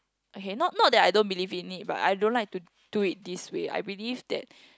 okay not not that I don't believe in it but I don't like to do it this way I believe that